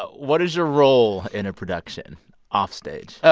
what is your role in a production offstage?